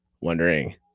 wondering